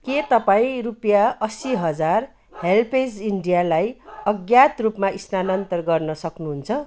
के तपाईँ रुपियाँ असी हजार हेल्प्ज इन्डियालाई अज्ञात रूपमा स्थानान्तर गर्न सक्नुहुन्छ